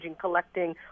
collecting